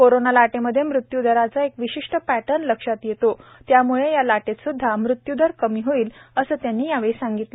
corona लाटेमध्ये मृत्यू दराचा एक विशिष्ट पॅटर्न लक्षात येतो त्यामुळे या लाटेत सुद्धा मृत्यूदर कमी होईल असं त्यांनी यावेळी सांगितलं